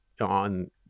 on